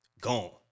Gone